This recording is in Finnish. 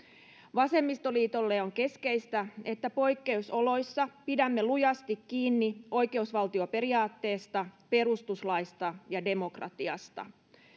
vasemmistoliitolle on keskeistä että poikkeusoloissa pidämme lujasti kiinni oikeusvaltioperiaatteesta perustuslaista ja demokratiasta